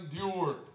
endured